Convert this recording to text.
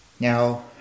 Now